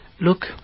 Look